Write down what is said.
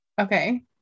Okay